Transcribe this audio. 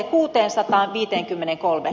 eikö niin